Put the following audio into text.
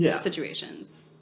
situations